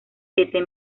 siete